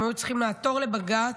הם היו צריכים לעתור לבג"ץ,